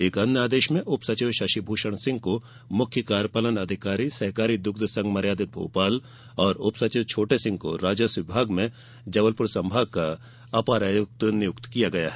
एक अन्य आदेश में उप सचिव शशिभूषण सिंह को मुख्य कार्यपालन अधिकारी सहकारी दुग्ध संघ मर्यादित भोपाल और उप सचिव छोटे सिंह को राजस्व विभाग में जबलपुर संभाग का अपर आयुक्त नियुक्त किया गया है